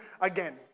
again